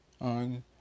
on